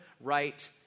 right